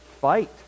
fight